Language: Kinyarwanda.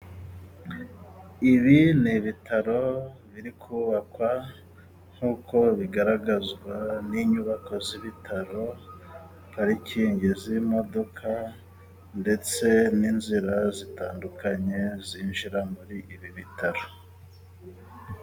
Ibi ni ibitaro biri kubakwa nkuko bigaragazwa n'inyubako z'ibitaro parikingi z'imodoka ndetse n'inzira zitandukanye zinjira muri ibi bitaro.